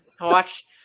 Watch